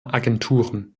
agenturen